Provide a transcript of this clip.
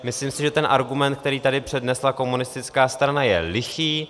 Myslím si, že ten argument, který tady přednesla komunistická strana je lichý.